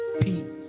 peace